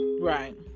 Right